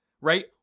Right